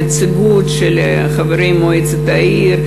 נציגות של חברי מועצת העיר,